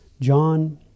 John